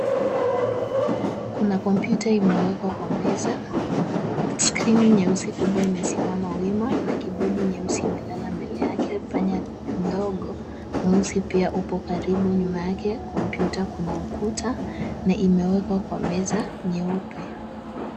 Kuna kompyuta imewekwa kwa meza, skrini nyeusi kubwa imesimama wima na kibodi nyeusi imelala mbele yake. Panya ndogo na uzi pia upo karibu. Nyuma yake, kompyuta kuna ukuta na imewekwa kwa meza nyeupe.